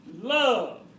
Love